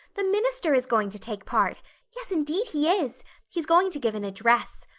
the minister is going to take part yes, indeed, he is he's going to give an address.